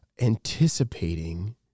Anticipating